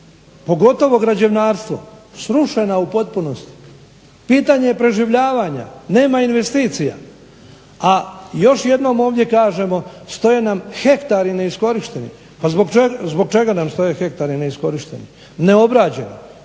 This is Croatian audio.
pogotovo građevinarstvo srušena u potpunosti. Pitanje preživljavanja nema investicija. A još jednom ovdje kažemo stoje nam hektari neiskorišteni. Pa zbog čega nam stoj hektari neiskorišteni, neobrađeni.